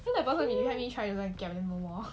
so that person help me kiap then no more